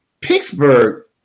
Pittsburgh